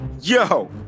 yo